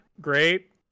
Great